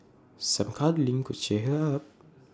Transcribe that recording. some cuddling could cheer her up